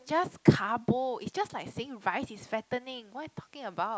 just carbo it's just like saying rice is fattening what are you talking about